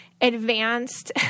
advanced